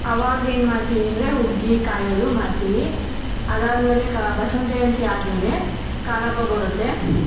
ಆವಾಗ ಏನು ಮಾಡ್ತೀವಿ ಅಂದರೆ ಹುಗ್ಗಿ ಕಾಯಿ ಹಾಲು ಮಾಡ್ತೀವಿ ಅದಾದಮೇಲೆ ಕ ಬಸವನ ಜಯಂತಿ ಆದಮೇಲೆ ಕಾರ ಹಬ್ಬ ಬರುತ್ತೆ